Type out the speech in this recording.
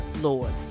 Lord